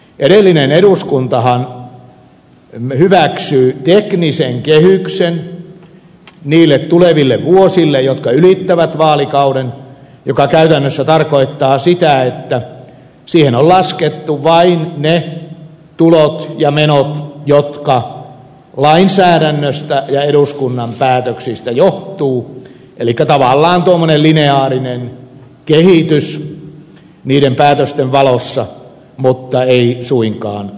edellinen eduskuntahan hyväksyy teknisen kehyksen niille tuleville vuosille jotka ylittävät vaalikauden mikä käytännössä tarkoittaa sitä että siihen on laskettu vain ne tulot ja menot jotka lainsäädännöstä ja eduskunnan päätöksistä johtuvat elikkä tavallaan tuollainen lineaarinen kehitys niiden päätösten valossa mutta ei suinkaan muuta